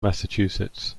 massachusetts